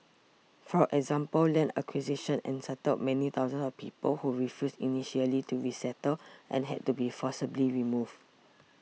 for example land acquisition unsettled many thousands of people who refused initially to resettle and had to be forcibly removed